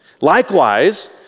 Likewise